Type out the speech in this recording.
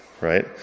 right